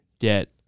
get